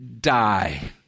die